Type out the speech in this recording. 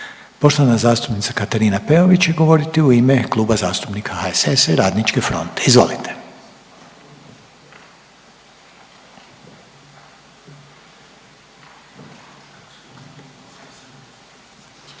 Poštovana zastupnica Katarina Peović će govoriti u ime Kluba zastupnika HSS-a i RF-a, izvolite.